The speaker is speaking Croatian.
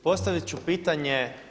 Postaviti ću pitanje.